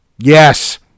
yes